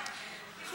אבל,